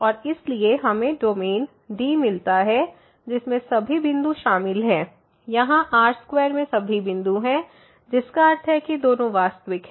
और इसलिए हमें डोमेन D मिलता है जिसमें सभी बिंदु शामिल हैं यहां R2 में सभी बिंदु हैं जिसका अर्थ है कि दोनों वास्तविक हैं